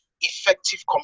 effective